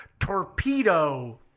torpedo